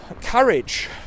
courage